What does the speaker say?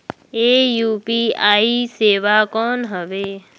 ये यू.पी.आई सेवा कौन हवे?